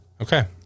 Okay